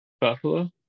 Buffalo